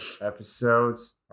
episodes